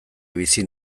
bizi